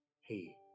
hey